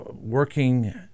working